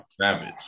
Savage